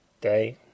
Day